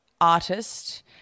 artist